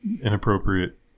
inappropriate